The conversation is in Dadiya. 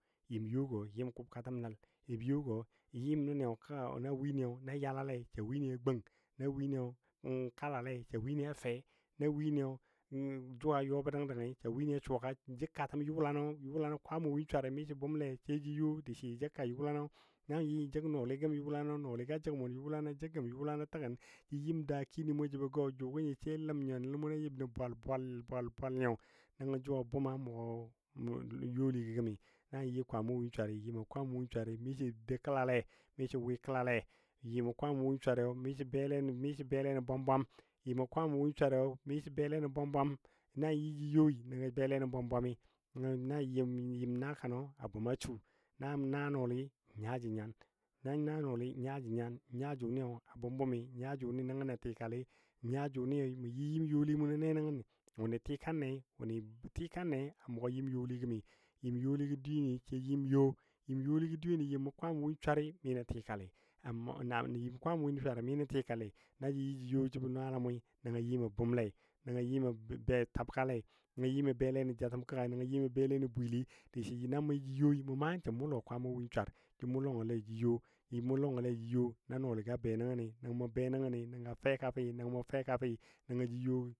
yɨm yo gɔ yɨm kʊbkatəm nəl yɨm yo gɔ nawin na yalale sa wini gung na wini kalalei sa wini a fe, na wini jʊ a yɔ bə dəng dəngi suka jəgkatəm yʊlanɔ, yʊlano kwamo win swari miso bʊmle sai ja you diso jə jəg ka yʊlano na nyi jəg nɔɔligɔ gəm yulanɔ nɔɔligɔ a jəg mʊn yulanɔ jəg gəm yʊlano təgən jə yɨm dakini mʊ jəbɔ gɔ jʊgɔ nyi sai ləm nyo nəl mʊnɔ yib nə bwal bwal bwal bwal nyo Nəngo jʊ a bʊm a mʊgɔ youligo gəmi na yɨ kwamo win swari yɨmo kwamo win swari miso dou kəlale, miso wɨ kəlale miso bele nən bele nən bwam bwam, yɨmo kwamo win swari miso bele nən bwam bwam, na yɨ jə yoi, nəngɔ bele nən bwam bwam mi nənngɔ nə yɨm nakanɔ a bʊm a su na naa nɔɔli n nya jə nya, naa nɔɔli nya jə nyan, nya jʊnɨ a bʊm bʊmi, n nya jʊnɨ nəngo nə tikali, nya jʊnɨ mʊ yɨm youli ni wʊnɨ tikanne a mugɔ yɨm youli gəmi. Yɨm youligɔ dweyeni sai yɨm yo yɨm you yɨmɔ kwamɔ win swani minə tikali na yɨ jə yo jəbɔ nwalamo nəngɔ yɨmɔ bʊmle nəngo yɨmo be tabkale nəngɔ yɨm bele nən tikali nəngo bele nə bwili diso jə na mo yo mʊ maa nyin sən mʊ lɔngɔ. Mʊ maa nyin sən mʊ lɔ kwamɔ win swar. Jə mʊ lɔngɔle jə yo na nɔɔga be nəngəni nəngɔ mʊ be nəngəni nənga fɛka fəi nəngo mo feka faɨ jə yo